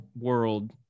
world